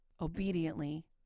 obediently